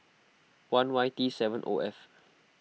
one Y T seven O F